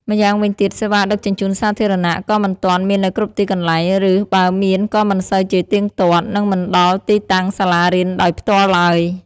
ម្យ៉ាងវិញទៀត សេវាដឹកជញ្ជូនសាធារណៈ ក៏មិនទាន់មាននៅគ្រប់ទីកន្លែង ឬបើមានក៏មិនសូវជាទៀងទាត់ និងមិនដល់ទីតាំងសាលារៀនដោយផ្ទាល់ឡើយ។